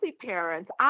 parents